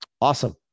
Awesome